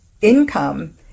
income